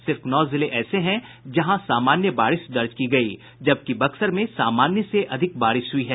सिर्फ नौ जिले ऐसे हैं जहां सामान्य बारिश दर्ज की गयी है जबकि बक्सर में सामान्य से अधिक बारिश हुई है